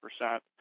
percent